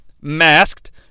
masked